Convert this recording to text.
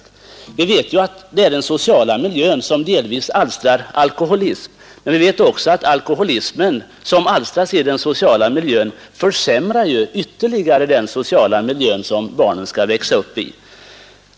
Vi vet att det är den sociala miljön som delvis alstrar alkoholism, men vi vet också att den alkoholism som alstras i den sociala miljön ytterligare försämrar den sociala miljö som barnen skall växa upp i.